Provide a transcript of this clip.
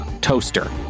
toaster